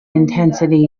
intensity